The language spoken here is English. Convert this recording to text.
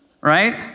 right